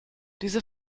diese